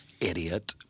Idiot